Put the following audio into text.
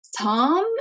Tom